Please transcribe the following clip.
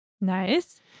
Nice